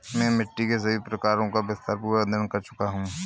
मैं मिट्टी के सभी प्रकारों का विस्तारपूर्वक अध्ययन कर चुका हूं